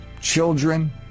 children